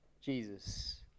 Jesus